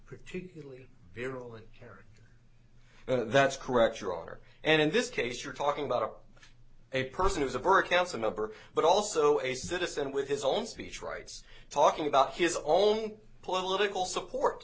particularly virulent character that's correct your honor and in this case you're talking about a person who's a bird council member but also a citizen with his all speech rights talking about his all political support